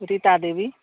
Rita Devi